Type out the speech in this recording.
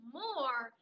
more